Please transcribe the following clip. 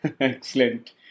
Excellent